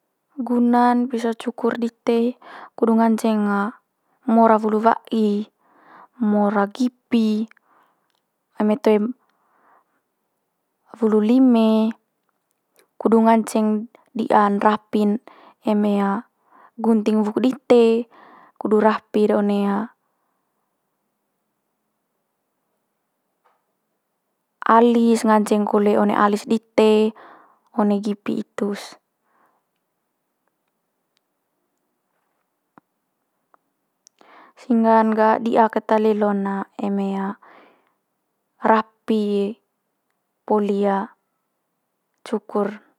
Gunan"n pisau cukur dite, kudu nganceng mora wulu wa'i, mora gipi, eme toe wulu lime, kudu nganceng di'an rapi'n eme gunting wuk dite, kudu rapi'r one alis, nganceng kole one alis dite, one gipi itu's. sehingga'n ga di'a keta lelo'n eme rapi poli cukur.